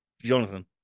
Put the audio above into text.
Jonathan